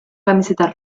camiseta